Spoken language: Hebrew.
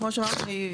כמו שאמרתי,